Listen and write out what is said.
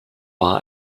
war